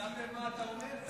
אתה שם לב למה שאתה אומר?